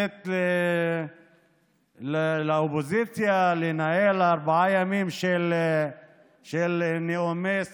לתת לאופוזיציה לנהל ארבעה ימים של נאומי שנאה,